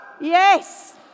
Yes